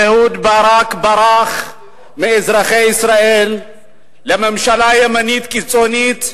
אהוד ברק ברח מאזרחי ישראל לממשלה ימנית קיצונית,